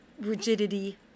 rigidity